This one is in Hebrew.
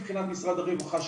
מבחינת משרד הרווחה,